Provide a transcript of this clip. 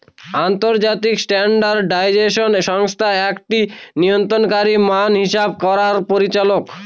আন্তর্জাতিক স্ট্যান্ডার্ডাইজেশন সংস্থা একটি নিয়ন্ত্রণকারী মান হিসাব করার পরিচালক